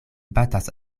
batas